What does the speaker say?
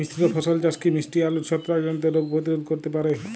মিশ্র ফসল চাষ কি মিষ্টি আলুর ছত্রাকজনিত রোগ প্রতিরোধ করতে পারে?